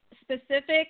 specific